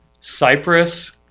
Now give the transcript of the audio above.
Cyprus